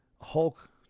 Hulk